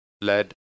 led